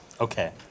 Okay